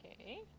Okay